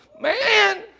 man